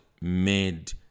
made